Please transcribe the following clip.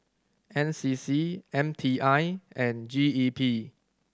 N C C M T I and G E P